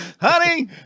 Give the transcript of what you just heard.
honey